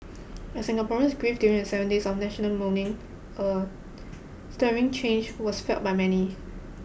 as Singaporeans grieved during the seven days of national mourning a stirring change was felt by many